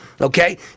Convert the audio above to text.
okay